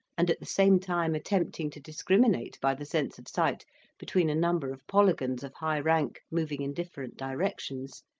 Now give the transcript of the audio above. and at the same time attempting to discriminate by the sense of sight between a number of polygons of high rank moving in different directions,